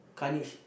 carnage